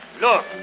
Look